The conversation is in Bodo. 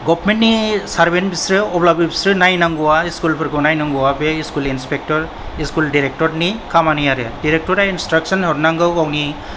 गवार्नमेन्टनि सारवेन्ट बिसोरो अब्लाबो बिसोरो नाय नांगौवा स्कूलफोरखौ नायनांगौवा बे स्कूल इंस्पेक्टर स्कूल डिरेकटरनि खामानि आरो डिरेकटरा इंस्ट्राकशन हरनांगौ गावनि